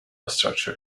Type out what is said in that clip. structure